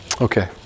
Okay